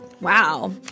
Wow